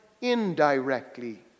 indirectly